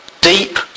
Deep